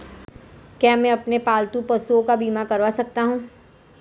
क्या मैं अपने पालतू पशुओं का बीमा करवा सकता हूं?